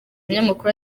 umunyamakuru